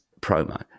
promo